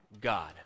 God